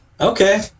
Okay